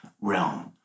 realm